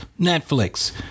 netflix